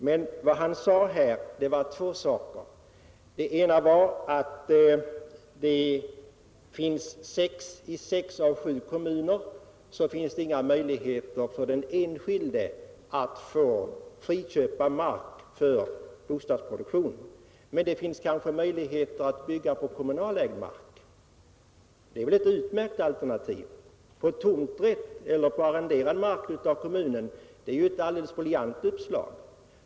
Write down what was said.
Herr Adolfsson sade att i sex av sju kommuner finns det inte några möjligheter för den enskilde att få friköpa mark för bostadsproduktion. Men det finns kanske möjlighet att bygga på kommunalägd mark. Det är väl ett utmärkt alternativ. Med tomträtt eller på av kommunen arrenderad mark — det är ju ett alldeles briljant uppslag.